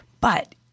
But-